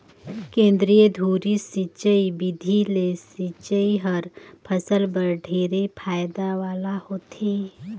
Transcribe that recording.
केंद्रीय धुरी सिंचई बिधि ले सिंचई हर फसल बर ढेरे फायदा वाला होथे